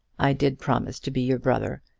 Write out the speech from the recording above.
i did promise to be your brother,